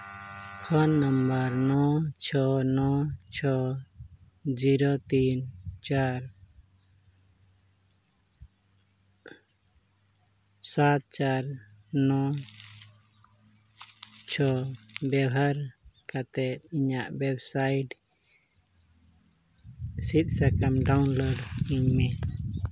phone number ᱱᱚ ᱪᱷᱚᱭ ᱱᱚ ᱪᱷᱚᱭ ᱡᱤᱨᱳ ᱛᱤᱱ ᱪᱟᱨ ᱥᱟᱛ ᱪᱟᱨ ᱱᱚᱭ ᱪᱷᱚᱭ ᱵᱮᱣᱦᱟᱨ ᱠᱟᱛᱮ ᱤᱧᱟᱹᱜ ᱣᱮᱵᱽ ᱥᱟᱭᱤᱴ ᱥᱤᱫᱽ ᱥᱟᱠᱟᱢ ᱰᱟᱣᱩᱱᱞᱳᱰ ᱤᱧ ᱢᱮ